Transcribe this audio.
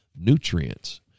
nutrients